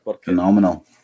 Phenomenal